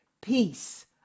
peace